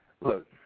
look